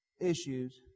issues